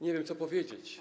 Nie wiem, co powiedzieć.